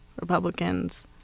Republicans